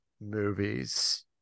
movies